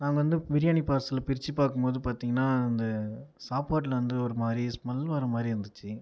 நாங்க வந்து பிரியாணி பார்சல் பிரித்து பார்க்கும்போது பார்த்திங்கனா அந்த சாப்பாட்டில் வந்து ஒரு மாதிரி ஸ்மெல் வர மாதிரி இருந்துச்சி